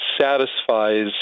satisfies